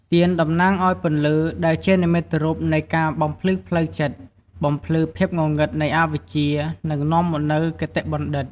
ទៀនតំណាងឱ្យ ពន្លឺ ដែលជានិមិត្តរូបនៃការបំភ្លឺផ្លូវចិត្ត បំភ្លឺភាពងងឹតនៃអវិជ្ជា និងនាំមកនូវគតិបណ្ឌិត។